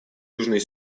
южный